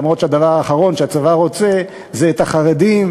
למרות שהדבר האחרון שהצבא רוצה זה את החרדים,